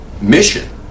mission